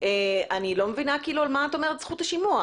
אני לא מבינה על מה אתה אומר זכות השימוע.